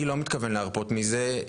אני לא מתכוון להרפות מזה.